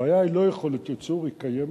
הבעיה היא לא יכולת ייצור, היא קיימת.